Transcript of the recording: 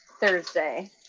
thursday